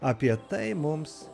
apie tai mums